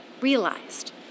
realized